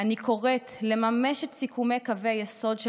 אני קוראת לממש את סיכומי קווי היסוד של